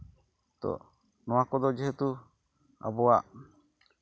ᱛᱳ ᱱᱚᱣᱟ ᱠᱚᱫᱚ ᱡᱮᱦᱮᱛᱩ ᱟᱵᱚᱣᱟᱜ